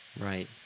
Right